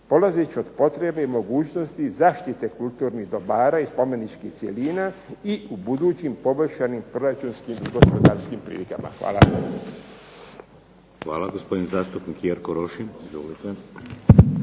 polazeći od potrebe i mogućnosti zaštite kulturnih dobara i spomeničkih cjelina i u budućim poboljšanim proračunskim i gospodarskim prilikama. Hvala. **Šeks, Vladimir (HDZ)** Hvala. Gospodin zastupnik Jerko Rošin.